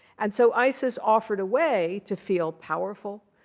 and so isis offered a way to feel powerful,